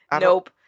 Nope